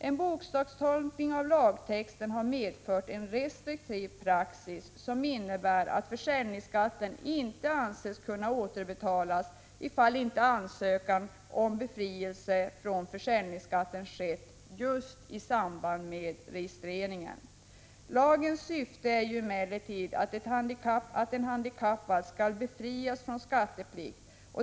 En bokstavstolkning av lagtexten har medfört en restriktiv praxis, som innebär att försäljningsskatten inte har ansetts kunna återbetalas ifall inte ansökan om befrielse från försäljningsskatten har skett just i samband med registreringen. Lagens syfte är emellertid att en handikappad skall befrias från skatteplikt.